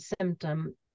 symptom